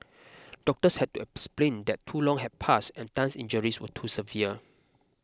doctors had to explain that too long had passed and Tan's injuries were too severe